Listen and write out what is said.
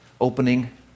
opening